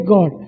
God